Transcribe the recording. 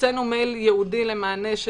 הקצינו מייל ייעודי למענה.